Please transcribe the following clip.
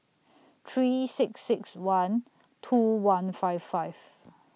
three six six one two one five five